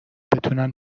بتونن